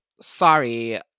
sorry